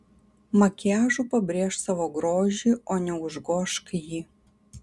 makiažu pabrėžk savo grožį o ne užgožk jį